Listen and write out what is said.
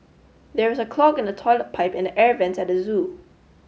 there is a clog in the toilet pipe and the air vents at the zoo